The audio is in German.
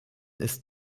ist